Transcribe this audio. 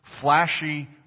flashy